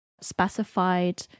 specified